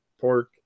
pork